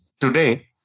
today